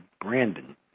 Brandon